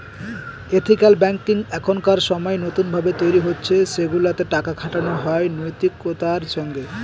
ethical banking এখনকার সময় নতুন ভাবে তৈরী হচ্ছে সেগুলাতে টাকা খাটানো হয় নৈতিকতার সঙ্গে